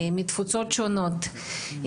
מתפוצות שונות,